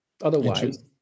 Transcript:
Otherwise